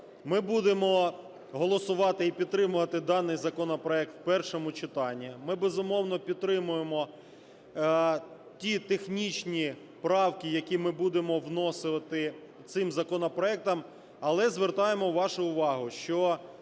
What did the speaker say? Ми будемо голосувати і підтримувати даний законопроект в першому читанні. Ми, безумовно, підтримуємо ті технічні правки, які ми будемо вносити цим законопроектом, але звертаємо вашу увагу, що,